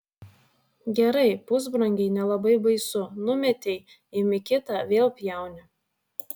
gerai pusbrangiai nelabai baisu numetei imi kitą vėl pjauni